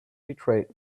betrayed